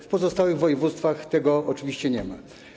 W pozostałych województwach tego oczywiście nie ma.